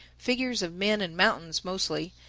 figures of men and mountains mostly.